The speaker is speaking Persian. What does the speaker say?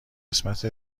قسمت